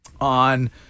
on